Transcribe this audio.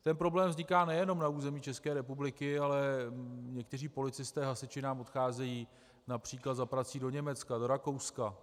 Ten problém vzniká nejenom na území České republiky, ale někteří policisté, hasiči nám odcházejí například za prací do Německa, do Rakouska.